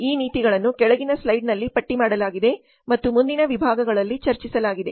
ಈ ನೀತಿಗಳನ್ನು ಕೆಳಗಿನ ಸ್ಲೈಡ್ನಲ್ಲಿ ಪಟ್ಟಿ ಮಾಡಲಾಗಿದೆ ಮತ್ತು ಮುಂದಿನ ವಿಭಾಗಗಳಲ್ಲಿ ಚರ್ಚಿಸಲಾಗಿದೆ